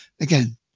again